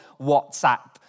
WhatsApp